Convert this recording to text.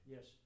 Yes